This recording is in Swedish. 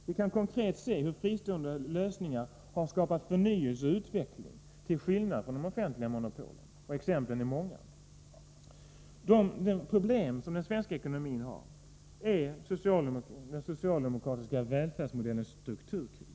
Vi kan se hur fristående lösningar konkret har skapat förnyelse och utveckling, till skillnad från de offentliga monopolen. Exemplen är många. De problem som svensk ekonomi har är att hänföra till den socialdemokratiska välfärdsmodellens strukturkris.